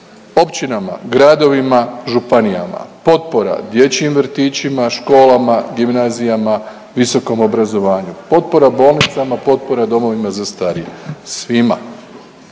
općinama, gradovima, županijama, potpora dječjim vrtićima, školama, gimnazijama, visokom obrazovanju, potpora bolnicama, potpora domovima za starije, svima,